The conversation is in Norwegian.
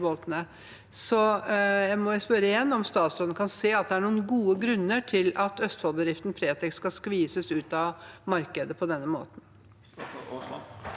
jeg må spørre igjen: Kan statsråden se at det er noen gode grunner til at Østfold-bedriften Pretec skal skvises ut av markedet på denne måten?